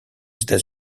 états